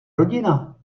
rodina